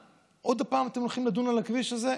עוד פעם אתם הולכים לדון על הכביש הזה?